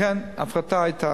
ההפרטה היתה